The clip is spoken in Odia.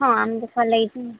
ହଁ ଆମ ଲାଗିଛି